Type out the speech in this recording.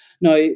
Now